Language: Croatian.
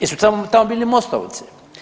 Jesu tamo bili mostovci?